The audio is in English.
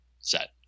set